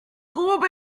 trop